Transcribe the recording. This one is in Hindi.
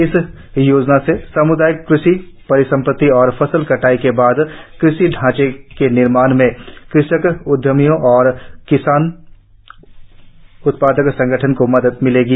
इस योजना से साम्दायिक क़षि परिसंपत्ति और फसल कटाई के बाद क़षि ढांचे के निर्माण में क़षक उद्यमियों और किसान उत्पादक संगठन को मदद मिलेगी